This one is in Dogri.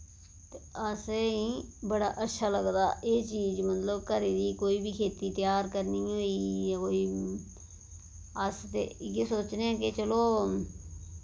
ते असेंई बड़ा अच्छा लगदा एह् चीज मतलब घरे दी कोई बी खेती त्यार करनी होई जां कोई अस ते इयै सोचने कि चलो